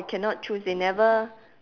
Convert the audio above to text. cannot choose they never